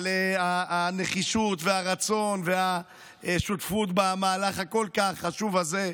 על הנחישות והרצון והשותפות במהלך הכל-כך חשוב הזה,